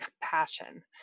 compassion